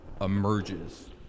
emerges